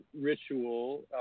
ritual